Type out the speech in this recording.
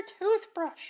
toothbrush